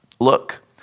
look